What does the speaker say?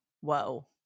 Whoa